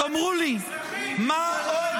תאמרו לי ----- היא איימה להוציא חברת כנסת להורג.